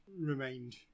remained